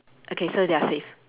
okay so they are safe